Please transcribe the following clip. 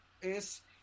es